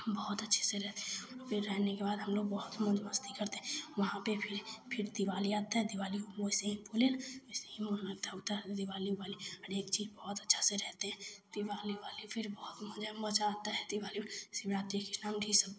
हम बहुत अच्छे से रह फिर रहने के बाद हमलोग बहुत मौज़ मस्ती करते हैं वहाँ पर फिर फिर दिवाली आती है दिवाली वैसे ही बोले वैसे मनती उनती है दिवाली उवाली हरेक चीज़ बहुत अच्छे से रहते हैं दिवाली उवाली फिर बहुत मज़ा मज़ा आता है दिवाली में शिवरात्रि कृष्णाष्टमी यह सब